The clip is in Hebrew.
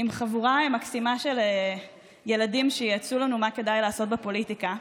עם חבורה מקסימה של ילדים שיעצו לנו מה כדאי לעשות בפוליטיקה.